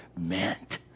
meant